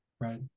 Right